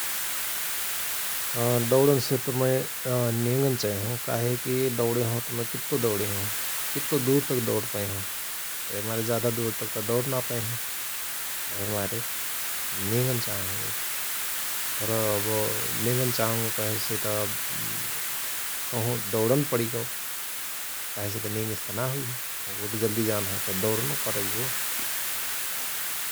दौणन से त मय नेगन चयहओं काहे कि दौणहेओ त मय कित्तो दौणेहओं कित्तो दुर तक दौण पयहओं । तहि मारे जाधा दुर तकत दौण ना पयहयं । तहि मारे नेगन चाहंगो । तर अव नेगन चाहंगो कहेसे त कहुं दौणन पणिगओ कहेसे नेगेसत ना हुइहय हुअ त जल्दी जानहय त दौणनउ पणैगो ।